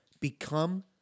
become